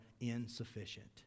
insufficient